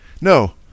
No